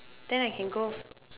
then I can go